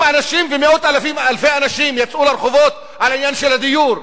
אם אנשים ומאות אלפי אנשים יצאו לרחובות על העניין של הדיור,